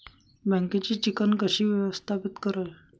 बँकेची चिकण कशी व्यवस्थापित करावी?